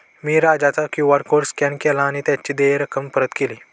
मी राजाचा QR code scan केला आणि त्याची देय रक्कम परत केली